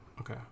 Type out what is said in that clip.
Okay